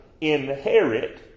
inherit